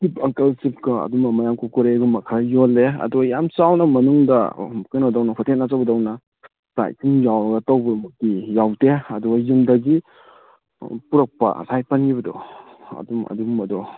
chief ꯑꯪꯀꯜ ꯆꯤꯞꯀ ꯑꯗꯨꯝꯕ ꯃꯌꯥꯝ ꯀꯨꯔꯀꯨꯔꯦꯒꯨꯝꯕ ꯈꯔ ꯌꯣꯜꯂꯦ ꯑꯗꯣ ꯌꯥꯝ ꯆꯥꯎꯅ ꯃꯅꯨꯡꯗ ꯀꯩꯅꯣꯗꯧꯅ ꯍꯣꯇꯦꯜ ꯑꯆꯧꯕꯗꯧꯅ ꯆꯥꯛ ꯏꯁꯤꯡ ꯌꯥꯎꯔꯒ ꯇꯧꯕꯃꯛꯇꯤ ꯌꯥꯎꯗꯦ ꯑꯗꯨꯒ ꯌꯨꯝꯗꯒꯤ ꯄꯨꯔꯛꯄ ꯉꯁꯥꯏ ꯄꯟꯈꯤꯕꯗꯣ ꯑꯗꯨꯝ ꯑꯗꯨꯝꯕꯗꯣ